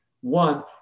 One